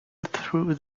through